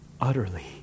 utterly